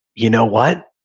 you know what?